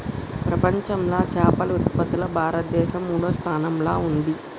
ప్రపంచంలా చేపల ఉత్పత్తిలా భారతదేశం మూడో స్థానంలా ఉంది